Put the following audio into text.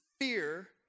fear